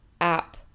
app